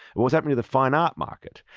what was happening to the fine art market.